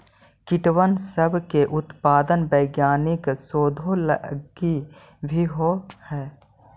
कीटबन सब के उत्पादन वैज्ञानिक शोधों लागी भी होब हई